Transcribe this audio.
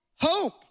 hope